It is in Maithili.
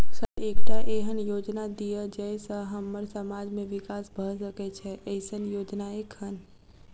सर एकटा एहन योजना दिय जै सऽ हम्मर समाज मे विकास भऽ सकै छैय एईसन योजना एखन?